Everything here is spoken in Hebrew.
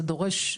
זה דורש,